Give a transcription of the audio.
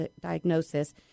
diagnosis